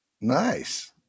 Nice